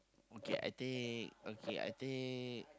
okay I take okay I take